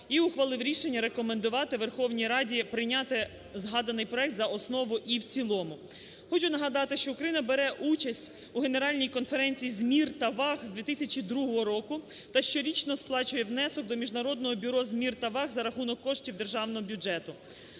і ухвалив рішення рекомендувати Верховній Раді прийняти згаданий проект за основу і в цілому. Хочу нагадати, що Україна бере участь у Генеральній конференції з мір та ваг з 2002 року та щорічно сплачує внесок до Міжнародного бюро з мір та ваг за рахунок коштів державного бюджету.